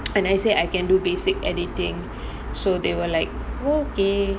and I say I can do basic editing so they were like okay